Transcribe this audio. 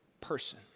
person